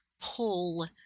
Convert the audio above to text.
pull